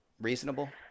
reasonable